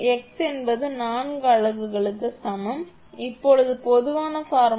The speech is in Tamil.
X என்பது நான்கு அலகுகளுக்கு சமம் x 1 2 3 மற்றும் 4 க்கு சமம்